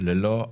ללא הפרעה.